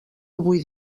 avui